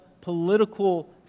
political